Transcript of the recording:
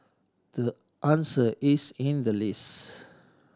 the answer is in the list